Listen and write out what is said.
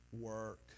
work